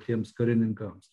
tiems karininkams